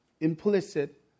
implicit